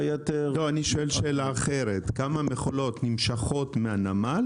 אני שואל שאלה אחרת: כמה מכולות נמשכות מהנמל